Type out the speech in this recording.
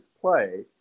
play